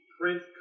print